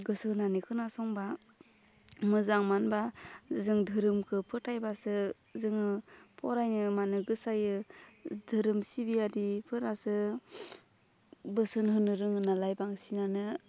गोसो होनानै खोनासंबा मोजां मानो होनबा जों धोरोमखौ फोथायबासो जोङो फरायनो मानो गोसो जायो धोरोम सिबियारिफोरासो बोसोन होनो रोङो नालाय बांसिनानो